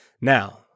Now